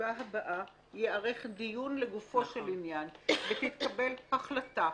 שבישיבה הבאה ייערך דיון לגופו של עניין ותתקבל החלטה.